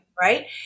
right